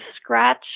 scratch